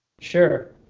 Sure